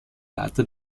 leiter